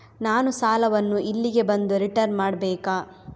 ನಾನು ಸಾಲವನ್ನು ಇಲ್ಲಿಗೆ ಬಂದು ರಿಟರ್ನ್ ಮಾಡ್ಬೇಕಾ?